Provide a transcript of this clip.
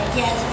yes